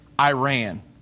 Iran